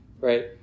right